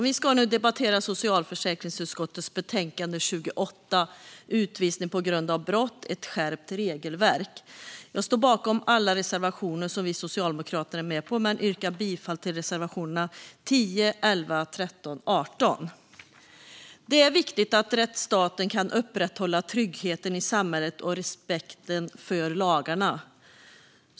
Vi ska nu debattera socialförsäkringsutskottets betänkande SfU28 Utvisning på g r und av brott - ett skärpt regelverk . Jag står bakom alla reservationer som vi socialdemokrater är med på men yrkar bifall endast till reservationerna 10, 11, 13 och 18. Det är viktigt att rättsstaten kan upprätthålla tryggheten i samhället och respekten för lagarna.